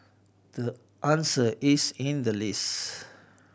the answer is in the list